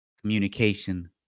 communication